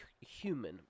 human